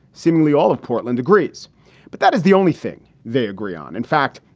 seemingly all of portland degrees but that is the only thing they agree on. in fact,